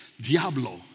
Diablo